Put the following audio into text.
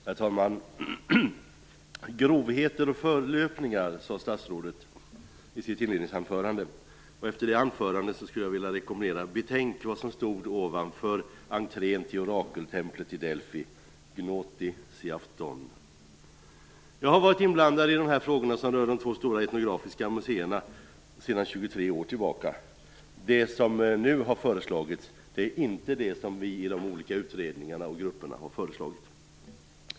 Herr talman! Grovheter och förlöpningar, sade statsrådet i sitt inledningsanförande. Efter det anförandet skulle jag vilja rekommendera statsrådet att betänka vad som stod ovanför entrén till orakeltemplet i Delfi: Gnóthi seavtón! Jag har varit inblandad i frågorna som rör de två stora etnografiska museerna sedan 23 år tillbaka. Det som nu har föreslagits är inte det som vi i de olika utredningarna och grupperna har föreslagit.